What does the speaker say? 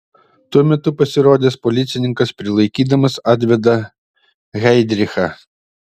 tuo metu pasirodęs policininkas prilaikydamas atveda heidrichą